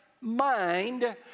mind